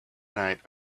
night